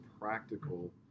practical